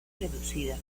reducida